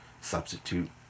substitute